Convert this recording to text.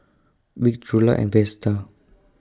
Vic Trula and Vesta